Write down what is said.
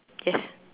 yes